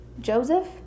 Joseph